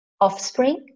Offspring